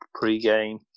pre-game